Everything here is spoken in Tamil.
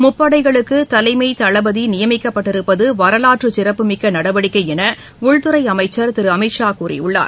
முப்படைகளுக்கு தலைமை தளபதி நியமிக்கப்பட்டிருப்பது வரலாற்று சிறப்புமிக்க நடவடிக்கை என உள்துறை அமைச்சர் திரு அமித்ஷா கூறியுள்ளார்